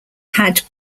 had